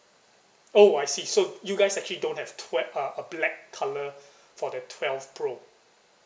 oh I see so you guys actually don't have twelve uh a black colour for the twelve pro